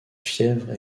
fièvre